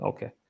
Okay